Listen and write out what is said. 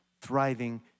thriving